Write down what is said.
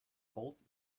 both